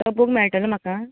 तो बुक मेळटलो म्हाका